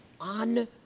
on